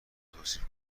توصیف